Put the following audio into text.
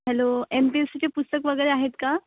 hello M P S सीची पुस्तकं वगैरे आहेत का